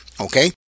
Okay